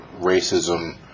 racism